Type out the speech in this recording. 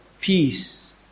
peace